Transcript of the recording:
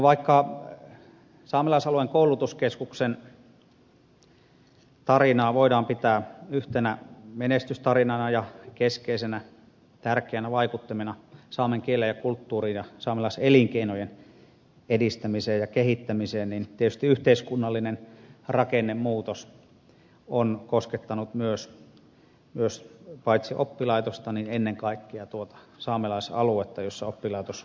vaikka saamelaisalueen koulutuskeskusta voidaan pitää yhtenä menestystarinana ja keskeisenä tärkeänä vaikuttimena saamen kieleen ja kulttuuriin ja saamelaiselinkeinojen edistämiseen ja kehittämiseen niin tietysti yhteiskunnallinen rakennemuutos on koskettanut paitsi oppilaitosta niin ennen kaikkea tuota saamelaisaluetta missä oppilaitos toimii